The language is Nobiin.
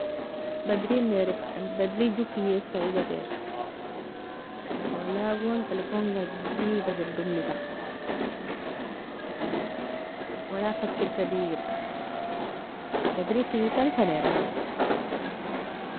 Badril neri bderil jo feia fa igater, wala gon telfonga digda kir domita, wala fakirta digidta, badril feikani fa nernami.